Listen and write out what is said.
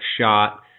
shot